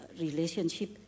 relationship